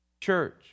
Church